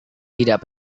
tidak